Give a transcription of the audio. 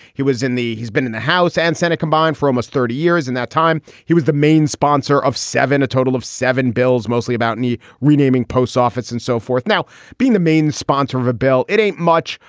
he was in the. he's been in the house and senate combined for almost thirty years in that time. he was the main sponsor of seven, a total of seven bills, mostly about any renaming post office and so forth, now being the main sponsor of a bill. it ain't much,